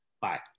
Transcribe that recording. bye